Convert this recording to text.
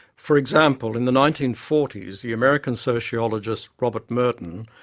for example, in the nineteen forty s, the american sociologist, robert merton,